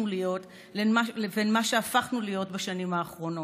להיות לבין מה שהפכנו להיות בשנים האחרונות.